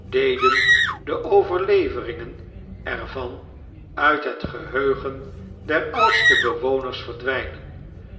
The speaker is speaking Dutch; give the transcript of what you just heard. deden de overleveringen er van uit het gaheugen der oudste bewonets verdwijnen